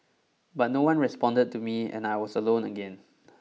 but no one responded to me and I was alone again